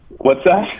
what's that?